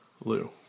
Lou